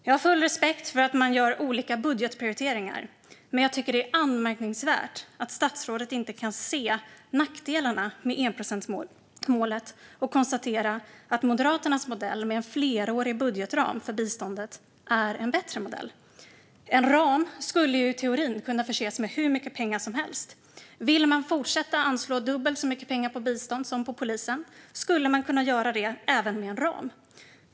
Jag har full respekt för att man gör olika budgetprioriteringar, men jag tycker att det är anmärkningsvärt att statsrådet inte kan se nackdelarna med enprocentsmålet och konstatera att Moderaternas modell med en flerårig budgetram för biståndet är bättre. En ram skulle ju i teorin kunna förses med hur mycket pengar som helst. Vill man fortsätta att anslå dubbelt så mycket pengar till bistånd som till polisen kan man göra det även med en ram.